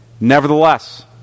Nevertheless